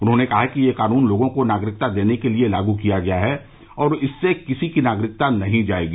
उन्होंने कहा कि यह कानून लोगों को नागरिकता देने के लिये लागू किया गया है और इससे किसी की नागरिकता नहीं जाएगी